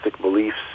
beliefs